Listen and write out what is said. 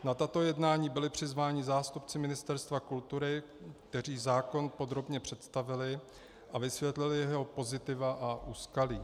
Na tato jednání byli přizváni zástupci Ministerstva kultury, kteří zákon podrobně představili a vysvětlili jeho pozitiva a úskalí.